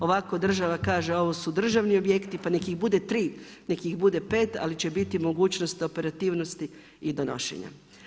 Ovako država kaže ovo su državni objekti, pa nek ih bude 3, nek ih bude 5, ali će biti mogućnost operativnosti i donošenja.